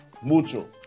mucho